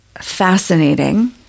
fascinating